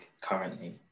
currently